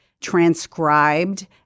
transcribed